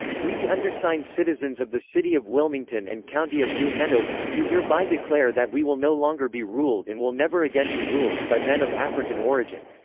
we the undersigned citizens of the city of wilmington and county of new hanover, do hereby declare that we will no longer be ruled and will never again be ruled, by men of african origin.